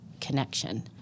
connection